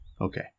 Okay